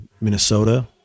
Minnesota